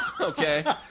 Okay